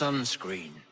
Sunscreen